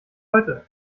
heute